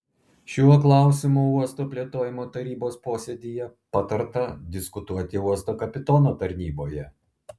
šiuo klausimu uosto plėtojimo tarybos posėdyje patarta diskutuoti uosto kapitono tarnyboje